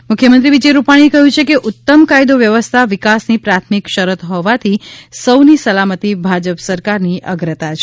ઃ મુખ્યમંત્રી વિજય રૂપાણીએ કહ્યું કે ઉત્તમ કાયદો વ્યવસ્થા વિકાસની પ્રાથમિક શરત હોવાથી સૌની સલામતી ભાજપ સરકારની અગ્રતા છે